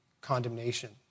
condemnation